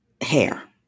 hair